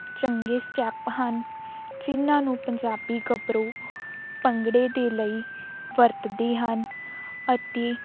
ਚੰਗੇ ਸਟੈਪ ਹਨ ਜਿਨ੍ਹਾਂ ਨੂੰ ਪੰਜਾਬੀ ਗੱਬਰੂ ਭੰਗੜੇ ਦੇ ਲਈ ਵਰਤਦੇ ਹਨ ਅਤੇ